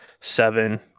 seven